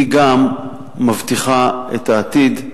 גם מבטיחה את העתיד,